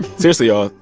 seriously, y'all,